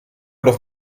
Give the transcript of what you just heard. doch